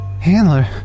Handler